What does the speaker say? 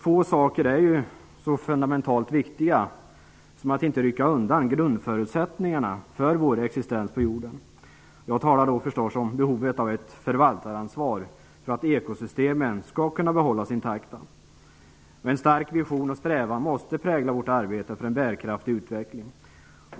Få saker är så fundamentalt viktiga som att inte rycka undan grundförutsättningarna för vår existens på jorden. Jag talar då förstås om behovet av ett förvaltaransvar för att ekosystemen skall kunna behållas intakta. En stark vision och strävan måste prägla vårt arbete för en bärkraftig utveckling.